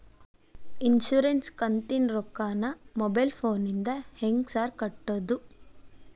Insurance ಕಂತಿನ ರೊಕ್ಕನಾ mobile ಫೋನಿಂದ ಹೆಂಗ್ ಸಾರ್ ಕಟ್ಟದು?